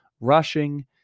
rushing